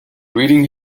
reading